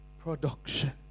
production